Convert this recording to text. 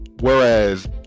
Whereas